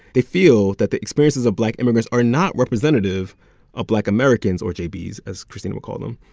they feel that the experiences of black immigrants are not representative of black americans, or jbs as christina would call them,